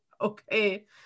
Okay